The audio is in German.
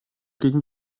gegen